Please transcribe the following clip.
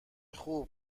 خوب